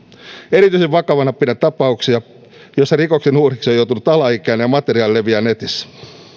erityisen vakavina pidän tapauksia joissa rikoksen uhriksi on joutunut alaikäinen ja materiaali leviää netissä